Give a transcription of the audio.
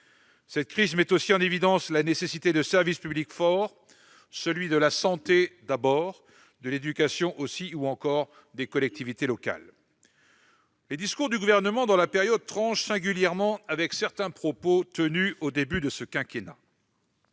Cette crise met aussi en évidence la nécessité de services publics forts, celui de la santé d'abord, de l'éducation aussi, ou encore des collectivités locales. Les discours du Gouvernement, dans la période, tranchent singulièrement avec certains propos tenus au début de ce quinquennat.